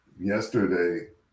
yesterday